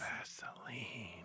Vaseline